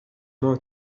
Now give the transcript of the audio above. ماه